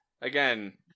Again